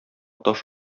таш